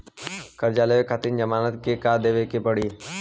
कर्जा लेवे खातिर जमानत मे का देवे के पड़ी?